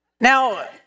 Now